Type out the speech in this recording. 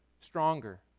stronger